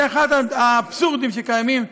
זה אחד האבסורדים שקיימים.